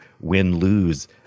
win-lose